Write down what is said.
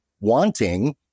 wanting